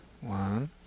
one